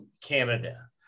Canada